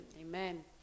Amen